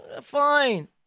fine